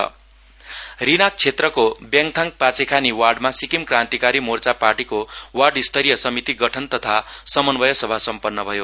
SKM Rinak क्षेत्रको व्याङचाङ पाचेखानी वार्डमा सिक्किम क्रान्तिकारी मोर्चा पार्टीको वार्ड स्तरीय समिति गठन तथा समन्वय सभा सम्पन्न भयो